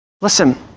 Listen